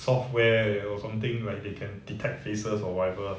software you know something like they can detect faces or whatever